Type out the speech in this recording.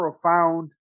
profound